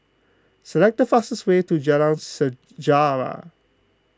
select the fastest way to Jalan Sejarah